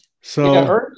So-